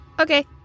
Okay